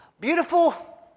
Beautiful